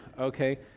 okay